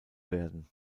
werden